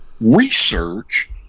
research